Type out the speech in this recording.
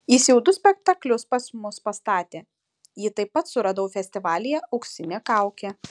jis jau du spektaklius pas mus pastatė jį taip pat suradau festivalyje auksinė kaukė